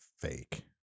fake